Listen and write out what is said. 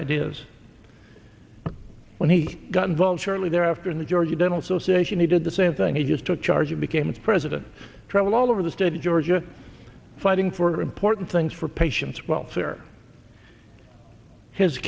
ideas when he got involved shortly thereafter in the georgia dental association he did the same thing he just took charge of became its president traveled all over the state of georgia fighting for important things for patients welfare his